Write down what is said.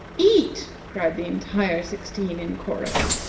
eat! cried the entire sixteen in chorus.